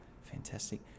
fantastic